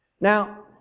Now